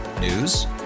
News